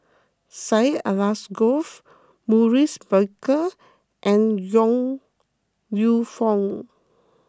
Syed Alsagoff Maurice Baker and Yong Lew Foong